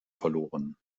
verloren